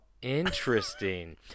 interesting